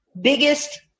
biggest